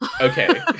Okay